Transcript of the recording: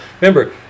Remember